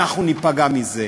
אנחנו ניפגע מזה.